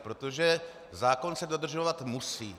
Protože zákon se dodržovat musí.